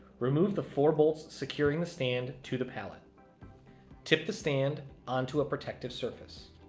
remove the four bolts securing the stand to the pallet tip the stand onto a protective surface,